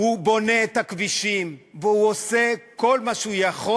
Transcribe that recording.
הוא בונה את הכבישים והוא עושה כל מה שהוא יכול,